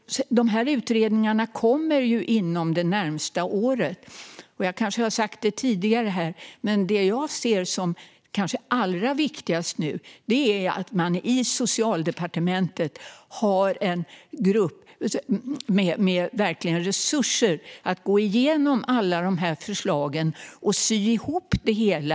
Dessa utredningar kommer att presenteras inom det närmaste året. Det jag ser som allra viktigast nu - jag kanske har sagt det tidigare här - är att man på Socialdepartementet har en grupp med resurser som kan gå igenom alla förslag för att sy ihop det hela.